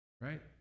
right